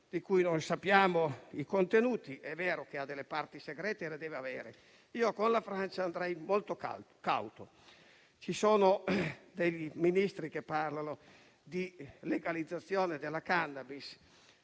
di cui non sappiamo i contenuti; è vero che ha delle parti segrete e le deve avere, ma io con la Francia andrei molto cauto. Ci sono dei Ministri che parlano di legalizzazione della cannabis;